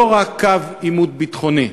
לא רק קו עימות ביטחוני.